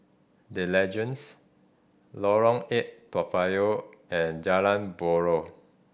The Legends Lorong Eight Toa Payoh and Jalan Buroh